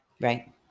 Right